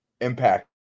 Impact